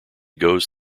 goes